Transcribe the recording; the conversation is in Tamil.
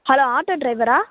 hello auto ட்ரைவரா